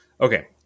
Okay